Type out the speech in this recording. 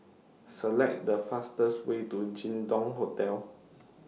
Select The fastest Way to Jin Dong Hotel